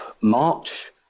March